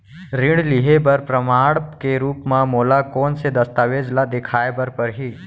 ऋण लिहे बर प्रमाण के रूप मा मोला कोन से दस्तावेज ला देखाय बर परही?